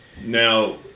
Now